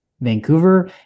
Vancouver